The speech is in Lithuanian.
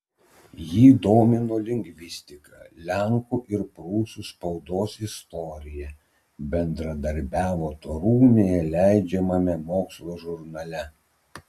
jį domino lingvistika lenkų ir prūsų spaudos istorija bendradarbiavo torūnėje leidžiamame mokslo žurnale